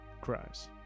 cries